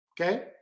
okay